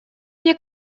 мне